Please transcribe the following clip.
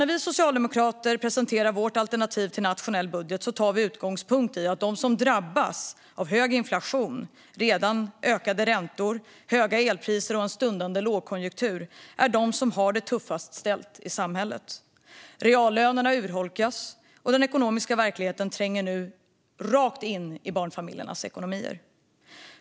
När vi socialdemokrater presenterar vårt alternativ till nationell budget tar vi utgångspunkt i att de som drabbas värst av hög inflation, redan ökade räntor, höga elpriser och en stundande lågkonjunktur är de som har det tuffast ställt. Reallönerna urholkas, och den ekonomiska verkligheten tränger rakt in i barnfamiljernas ekonomier.